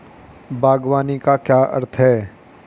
बागवानी का क्या अर्थ है?